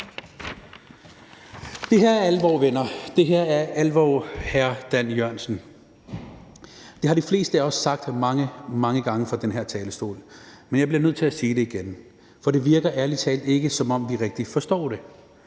Det her er alvor, venner. Det her er alvor, hr. klimaminister. Det har de fleste af os sagt mange, mange gange fra den her talerstol, men jeg bliver nødt til at sige det igen, for det virker ærlig talt ikke, som om vi rigtig forstår det